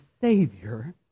Savior